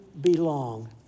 belong